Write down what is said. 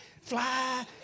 fly